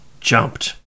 jumped